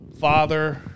father